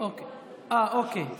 אה, אוקיי.